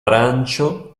arancio